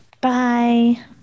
Bye